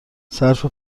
صرف